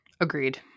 agreed